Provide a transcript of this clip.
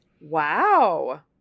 Wow